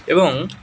এবং